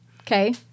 okay